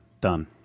Done